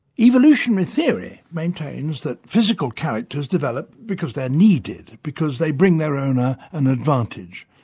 evolutionary theory maintains that physical characters develop because they're needed, because they bring their owner an advantage.